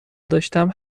داشتم